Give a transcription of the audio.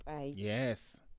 Yes